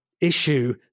issue